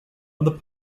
and